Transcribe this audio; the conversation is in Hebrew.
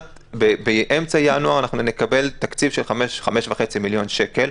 באמצע ינואר נקבל תקציב של 5.5 מיליון שקל,